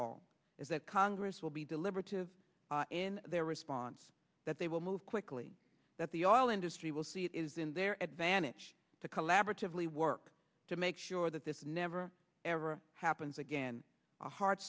all is that congress will be deliberative in their response that they will move quickly that the auto industry will see it is in their advantage to collaboratively work to make sure that this never ever happens again a heart